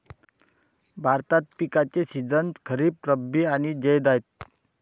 भारतात पिकांचे सीझन खरीप, रब्बी आणि जैद आहेत